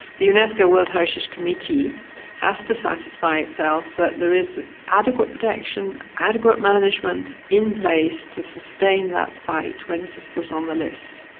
the unesco world heritage committee has to satisfy itself that there is adequate protection, adequate management in place to sustain that site when it is put on the list.